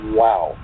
wow